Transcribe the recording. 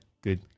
good